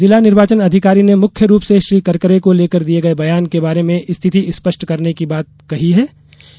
जिला निर्वाचन अधिकारी ने मुख्य रूप से श्री करकरे को लेकर दिए गए बयान के बारे में स्थिति स्पष्ट करने की बात कही गयी है